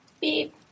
Beep